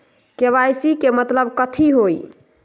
KYC के मतलब कथी होई?